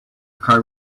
card